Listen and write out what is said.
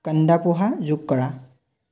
কান্দা পোহা যোগ কৰা